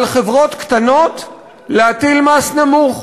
על חברות קטנות להטיל מס נמוך.